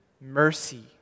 mercy